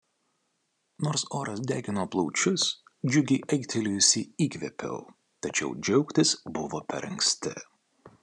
nors oras degino plaučius džiugiai aiktelėjusi įkvėpiau tačiau džiaugtis buvo per anksti